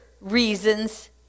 reasons